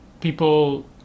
people